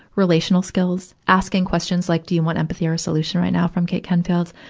relational skills, asking questions like do you want empathy or a solution right now from kate kenfield.